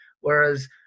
whereas